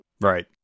right